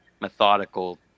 methodical